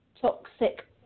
toxic